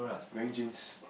wearing jeans